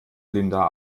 linda